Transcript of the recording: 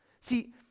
See